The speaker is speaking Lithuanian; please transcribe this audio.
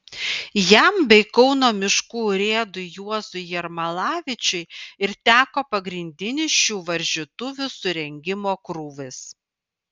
jam bei kauno miškų urėdui juozui jermalavičiui ir teko pagrindinis šių varžytuvių surengimo krūvis